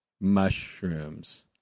mushrooms